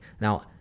Now